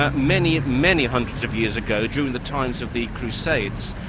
ah many, many hundreds of years ago, during the times of the crusades,